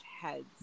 heads